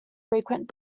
frequent